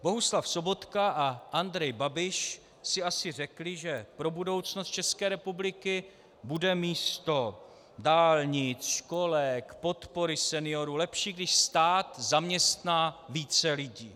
Bohuslav Sobotka a Andrej Babiš si asi řekli, že pro budoucnost České republiky bude místo dálnic, školek, podpory seniorů lepší, když stát zaměstná více lidí.